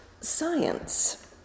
science